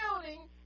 building